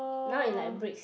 now it like breaks